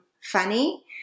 funny